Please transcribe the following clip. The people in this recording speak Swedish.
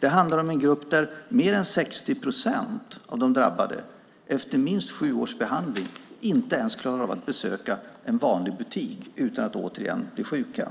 Det handlar om en grupp där mer än 60 procent av de drabbade efter minst sju års behandling inte ens klarar av att besöka en vanlig butik utan att återigen bli sjuka.